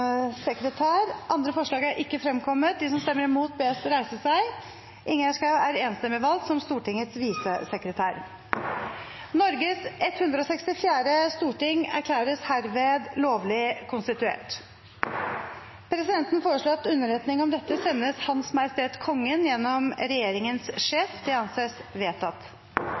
Andre forslag er ikke fremkommet. Norges 164. storting erklæres herved lovlig konstituert. Presidenten foreslår at underretning om dette sendes Hans Majestet Kongen gjennom regjeringens sjef. – Det anses vedtatt.